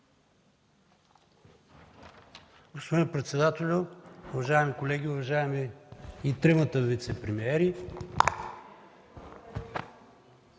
Господин председател, уважаеми колеги, уважаеми трима вицепремиери!